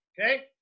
okay